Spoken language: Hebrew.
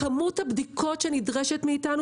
קיבלנו את תשובת המדינה לבג"ץ,